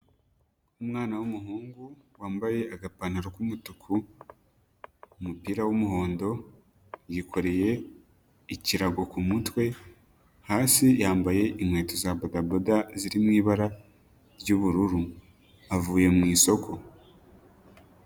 Umwana w'umuhungu, wambaye agapantaro k'umutuku, umupira w'umuhondo, yikoreye, ikirago ku mutwe, hasi yambaye inkweto za bodaboda ziri mu ibara ry'ubururu, avuye mu isoko.